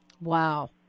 Wow